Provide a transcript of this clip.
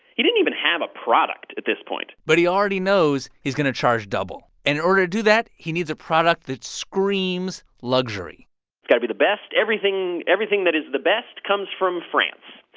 he didn't even have a product at this point but he already knows he's going to charge double. and in order to do that, he needs a product that screams luxury it's got to be the best. everything everything that is the best comes from france.